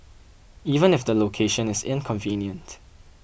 even if the location is inconvenient